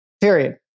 period